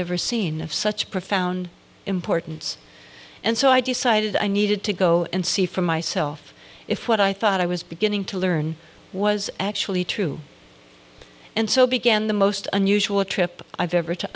ever seen of such profound importance and so i decided i needed to go and see for myself if what i thought i was beginning to learn was actually true and so began the most unusual trip i've ever to